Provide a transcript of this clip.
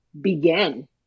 began